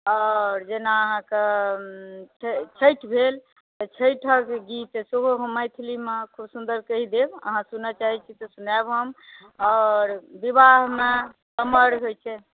आओर जेना अहाँकेॅं छठि भेल छठिक गीत सेहो हम मैथलीमे खूब सुन्दर कहि देब अहाँ सुनै चाहै छी तऽ सुनायब हम आओर विवाहमे अमर होइ छै